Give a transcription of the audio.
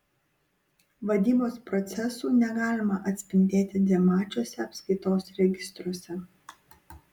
vadybos procesų negalima atspindėti dvimačiuose apskaitos registruose